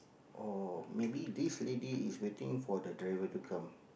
or maybe this lady is waiting for the driver to come